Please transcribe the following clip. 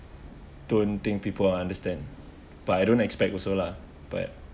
don't think people will understand but I don't expect also lah but